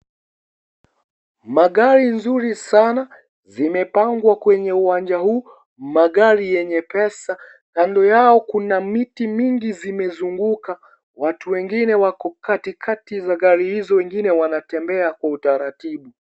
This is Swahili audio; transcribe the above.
Magari nzuri sana zimepangwa kwenye uwanja huu, magari yenye pesa, kando yao kuna miti mingi zimezunguka ,watu wengine wako katikati za gari hizo, wengine wanatembea Kwa utaratibu.